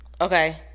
Okay